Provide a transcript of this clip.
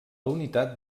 unitat